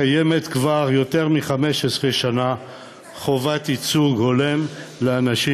קיימת כבר יותר מ-15 שנה חובת ייצוג הולם של אנשים